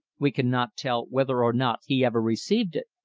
we cannot tell whether or not he ever received it.